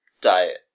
diet